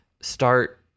start